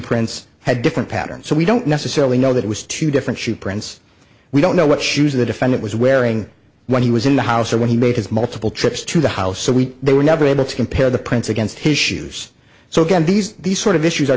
prints had different patterns so we don't necessarily know that it was two different shoe prints we don't know what shoes the defendant was wearing when he was in the house or when he made his multiple trips to the house so we were never able to compare the prints against his shoes so again these these sort of issues are